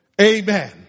Amen